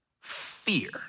Fear